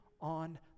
on